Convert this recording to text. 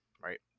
right